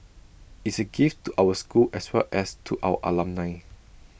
is A gift to our school as well as to our alumni